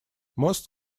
most